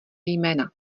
jména